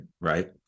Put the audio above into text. right